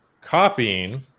copying